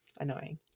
annoying